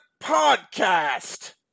podcast